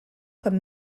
comme